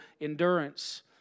endurance